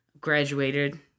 graduated